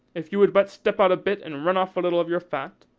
if you would but step out a bit and run off a little of your fat!